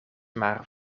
maar